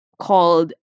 called